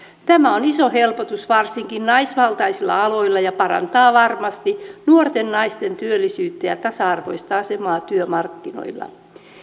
tämä on iso helpotus varsinkin naisvaltaisilla aloilla ja parantaa varmasti nuorten naisten työllisyyttä ja tasa arvoista asemaa työmarkkinoilla